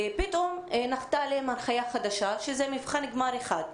פתאום נחתה עליהם הנחיה חדשה שזה מבחן גמר אחד.